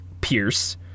Pierce